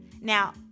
Now